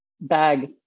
bag